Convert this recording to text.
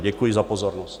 Děkuji za pozornost.